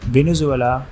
Venezuela